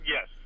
Yes